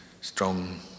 strong